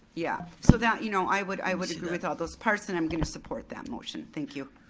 yeah. so that, you know, i would i would agree with all those parts and i'm gonna support that motion, thank you.